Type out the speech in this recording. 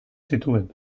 zituen